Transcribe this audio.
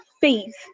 faith